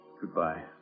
Goodbye